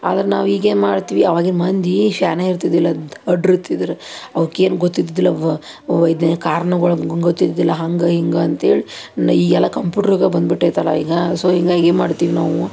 ಆದ್ರೆ ನಾವು ಈಗೇನು ಮಾಡ್ತೀವಿ ಆವಾಗಿನ ಮಂದಿ ಶಾಣ್ಯ ಇರ್ತಿದ್ದಿಲ್ಲ ದಡ್ರು ಇರ್ತಿದ್ರು ಅವ್ಕೆ ಏನೂ ಗೊತ್ತಿದ್ದಿಲ್ಲ ಅವು ವಿಜ್ಞಾನ ಕಾರ್ಣಗಳು ಗೊತ್ತಿದ್ದಿಲ್ಲ ಹಂಗೆ ಹಿಂಗೆ ಅಂಥೇಳಿ ಈಗೆಲ್ಲ ಕಂಪ್ಯೂಟ್ರ್ ಯುಗ ಬಂದ್ಬಿಟ್ಟೈತಲ್ಲ ಈಗ ಸೋ ಹಿಂಗಾಗಿ ಏನ್ಮಾಡ್ತೀವಿ ನಾವು